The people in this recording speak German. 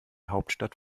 hauptstadt